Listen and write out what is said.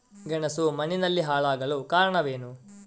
ಗೆಣಸು ಮಣ್ಣಿನಲ್ಲಿ ಹಾಳಾಗಲು ಕಾರಣವೇನು?